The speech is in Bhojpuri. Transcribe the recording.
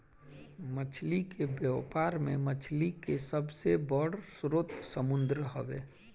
मछली के व्यापार में मछली के सबसे बड़ स्रोत समुंद्र हवे